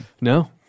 No